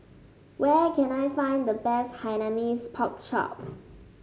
where can I find the best Hainanese Pork Chop